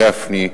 גפני,